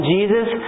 Jesus